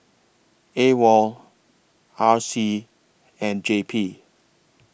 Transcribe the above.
AWOL R C and J P